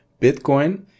bitcoin